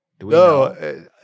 No